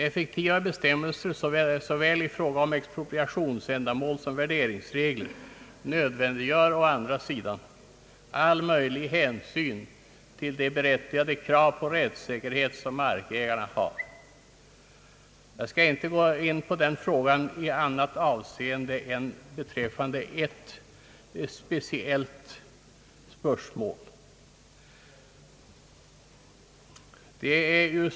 Effektivare bestämmelser såväl i fråga om expropriationsändamål som värderingsregler nödvändiggör å andra sidan all möjlig hänsyn till de berättigade krav på rättssäkerhet, som markägarna har. Jag skall inte gå in på denna fråga i annat avseende än beträffande ett spörsmål.